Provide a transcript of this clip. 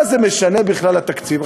מה זה משנה בכלל התקציב?